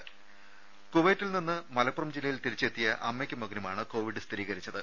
രുമ കുവൈത്തിൽ നിന്ന് മലപ്പുറം ജില്ലയിൽ തിരിച്ചെത്തിയ അമ്മക്കും മകനുമാണ് കോവിഡ് സ്ഥിരീകരിച്ചത്